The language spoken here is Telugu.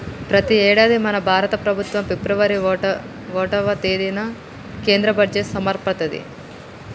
ప్రతి యేడాది మన భారత ప్రభుత్వం ఫిబ్రవరి ఓటవ తేదిన కేంద్ర బడ్జెట్ సమర్పిత్తది